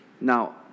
Now